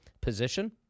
position